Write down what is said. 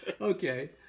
Okay